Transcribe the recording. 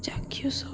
ଚାକ୍ଷୁଷ